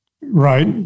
Right